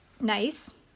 Nice